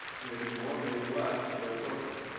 maybe more, maybe less, but they're appropriate.